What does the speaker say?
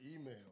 email